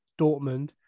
Dortmund